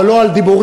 אבל לא על דיבורים,